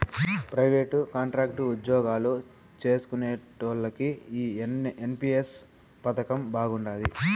private, contract ఉజ్జోగాలు చేస్కునేటోల్లకి ఈ ఎన్.పి.ఎస్ పదకం బాగుండాది